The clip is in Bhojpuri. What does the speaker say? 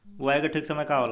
बुआई के ठीक समय का होला?